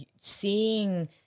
seeing